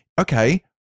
okay